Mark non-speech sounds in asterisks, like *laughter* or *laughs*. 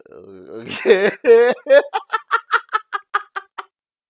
err okay *laughs*